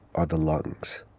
are the lungs.